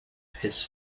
his